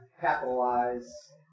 capitalize